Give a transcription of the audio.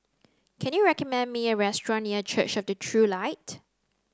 can you recommend me a restaurant near Church of the True Light